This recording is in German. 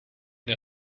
der